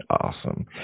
Awesome